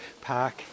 Park